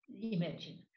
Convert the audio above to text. imagine